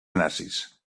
nazis